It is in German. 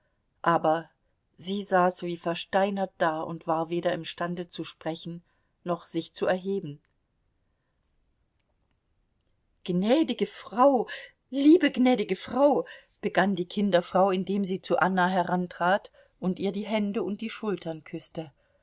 aber sie saß wie versteinert da und war weder imstande zu sprechen noch sich zu erheben gnädige frau liebe gnädige frau begann die kinderfrau indem sie zu anna herantrat und ihr die hände und die schultern küßte